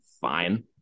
fine